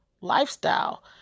Lifestyle